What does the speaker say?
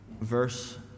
Verse